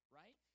right